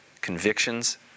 convictions